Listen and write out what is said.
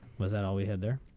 was at all we had there.